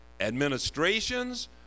administrations